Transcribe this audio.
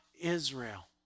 Israel